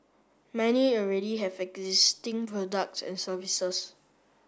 many already have existing products and services